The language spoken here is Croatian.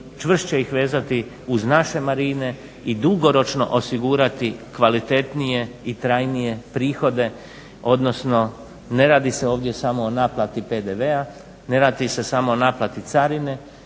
čvršće ih vezati uz naše marine i dugoročno osigurati kvalitetnije i trajnije prihode, odnosno ne radi se ovdje samo o naplati PDV-a, ne radi se samo o naplati carine,